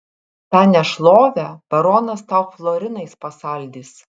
tą nešlovę baronas tau florinais pasaldys